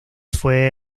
fue